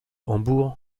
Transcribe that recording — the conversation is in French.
hambourg